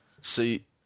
see